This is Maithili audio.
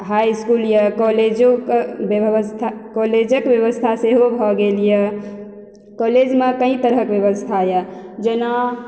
हाई इसकुल यऽ कॉलेजोके व्यवस्था कॉलेजक व्यवस्था सेहो भऽ गेल यऽ कॉलेजमे कइ तरहक व्यवस्था यऽ जेना